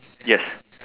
yes